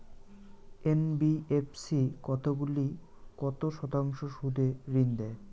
NBFC কতগুলি কত শতাংশ সুদে ঋন দেয়?